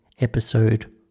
episode